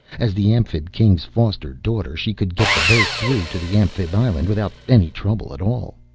as the amphib-king's foster-daughter, she could get the boat through to the amphib island without any trouble at all.